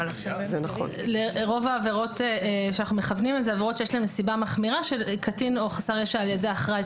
אלה עבירות שיש להן נסיבה מחמירה כלפי קטין או חסר ישע על ידי אחראי.